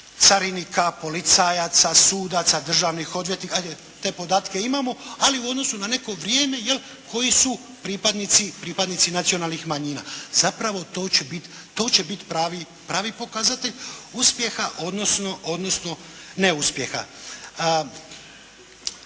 carinika, policajaca, sudaca, državnih odvjetnika. Te podatke imamo ali u odnosu na neko vrijeme jel' koji su pripadnici nacionalnih manjina. Zapravo to će biti, to će biti pravi pokazatelj uspjeha odnosno neuspjeha.